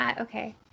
Okay